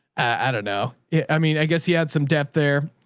and know. yeah i mean, i guess he had some depth there.